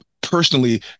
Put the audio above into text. personally